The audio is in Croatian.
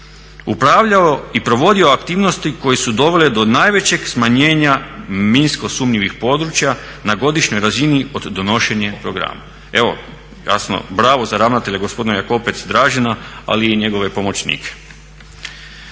upravljao i provodio aktivnosti koje su dovele do najvećeg smanjenja minsko sumnjivih područja na godišnjoj razini od donošenja programa. Evo jasno, bravo za ravnatelja gospodina Jakopec Dražena, ali i njegove pomoćnike.